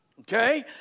Okay